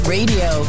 Radio